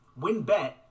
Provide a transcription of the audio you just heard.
WinBet